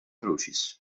crucis